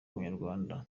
abanyarwanda